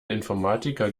informatiker